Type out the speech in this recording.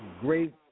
great